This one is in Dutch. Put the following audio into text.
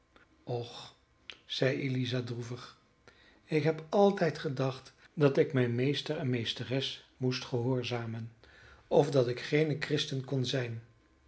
och zeide eliza droevig ik heb altijd gedacht dat ik mijn meester en meesteres moest gehoorzamen of dat ik geene christin kon zijn